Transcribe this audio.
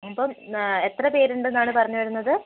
അപ്പം എത്ര പേർ ഉണ്ടെന്നാണ് പറഞ്ഞ് വരുന്നത്